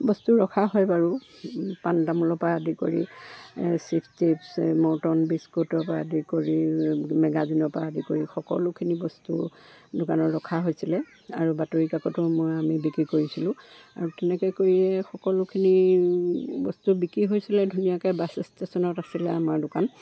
বস্তু ৰখা হয় বাৰু পাণ তামোলৰ পৰা আদি কৰি চিপ্ছ টিপ্ছ মৰ্টন বিস্কুটৰ পৰা আদি কৰি মেগাজিনৰ পৰা আদি কৰি সকলোখিনি বস্তু দোকানত ৰখা হৈছিলে আৰু বাতৰি কাকতো মই আমি বিক্ৰী কৰিছিলোঁ আৰু তেনেকৈ কৰিয়ে সকলোখিনি বস্তু বিক্ৰী হৈছিলে ধুনীয়াকৈ বাছ ষ্টেচনত আছিলে আমাৰ দোকান